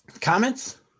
comments